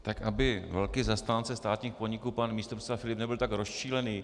Tak aby velký zastánce státních podniků pan místopředseda Filip nebyl tak rozčilený.